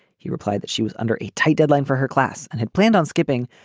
he replied that she was under a tight deadline for her class and had planned on skipping,